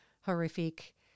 horrific